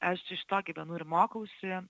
aš iš to gyvenu ir mokausi